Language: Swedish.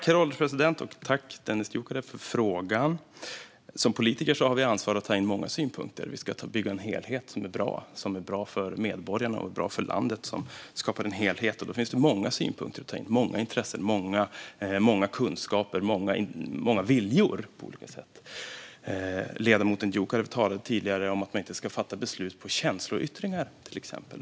Herr ålderspresident! Tack, Dennis Dioukarev, för frågan! Som politiker har vi ansvar för att ta in många synpunkter. Vi ska bygga en helhet som är bra för medborgarna och för landet. När man skapar en helhet finns det många synpunkter, många intressen, många kunskaper och många viljor att ta in. Ledamoten Dioukarev talade tidigare om att man inte ska fatta beslut på känsloyttringar.